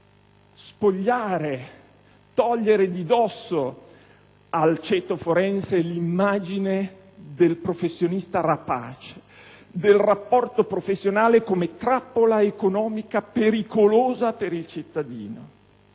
professione, di cancellare l'immagine del professionista rapace, del rapporto professionale come trappola economica pericolosa per il cittadino.